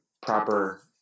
proper